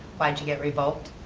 why did you get revoked?